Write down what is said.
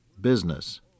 business